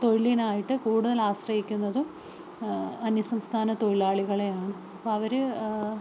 തൊഴിലിനായിട്ട് കൂടുതൽ ആശ്രയിക്കുന്നതും അന്യസംസ്ഥാന തൊഴിലാളികളെയാണ് അപ്പോള് അവര്